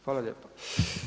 Hvala lijepa.